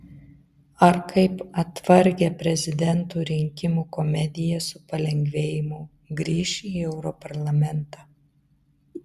ar kaip atvargę prezidentų rinkimų komediją su palengvėjimu grįš į europarlamentą